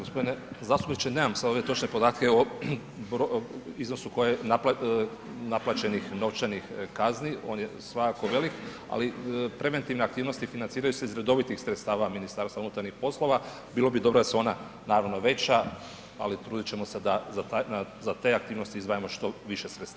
Poštovani g. zastupniče, nemam sad ovdje točne podatke, evo, iznosu koji naplaćenih novčanih kazni, on je svakako velik, ali preventivne aktivnosti financiraju se iz redovitih sredstava MUP-a, bilo bi dobro da su ona, naravno, veća, ali potrudit ćemo se da, za te aktivnosti izdvajamo što više sredstava.